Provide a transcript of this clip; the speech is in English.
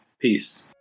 Peace